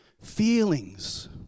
feelings